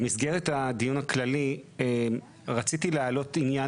במסגרת הדיון הכללי רציתי להעלות עניין